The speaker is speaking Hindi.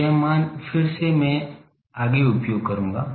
तो यह मान फिर से मैं आगे उपयोग करूँगा